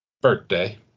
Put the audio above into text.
birthday